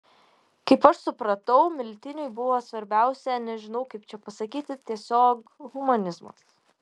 kaip aš supratau miltiniui buvo svarbiausia nežinau kaip čia pasakyti tiesiog humanizmas